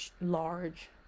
large